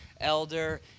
elder